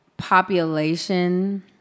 population